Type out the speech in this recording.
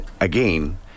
again